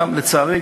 לצערי,